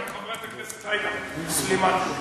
בתחושת חרדת הקודש